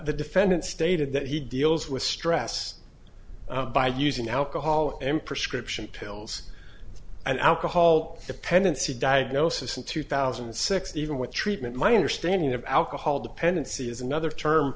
the defendant stated that he deals with stress by using alcohol and prescription pills and alcohol dependency diagnosis in two thousand and six even with treatment my understanding of alcohol dependency is another term